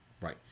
Right